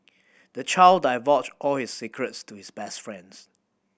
the child divulged all his secrets to his best friends